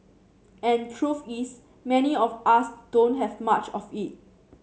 and truth is many of us don't have much of it